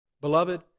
Beloved